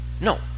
No